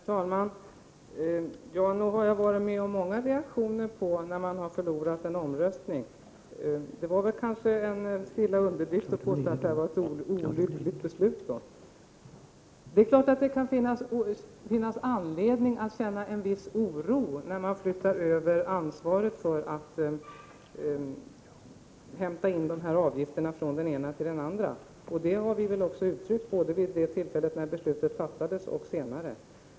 Herr talman! Nog har jag varit med om många reaktioner när man har förlorat en omröstning, men här var det kanske då en stilla underdrift att påstå att detta var ett olyckligt beslut. Det är klart att det kan finnas anledning att känna en viss oro när man flyttar över ansvaret från den ena till den andra för att hämta in dessa avgifter. Det har vi också uttryckt både vid det tillfälle då beslutet fattades och senare.